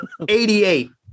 88